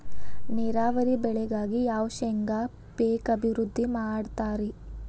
ನೇರಾವರಿ ಬೆಳೆಗಾಗಿ ಯಾವ ಶೇಂಗಾ ಪೇಕ್ ಅಭಿವೃದ್ಧಿ ಮಾಡತಾರ ರಿ?